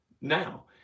now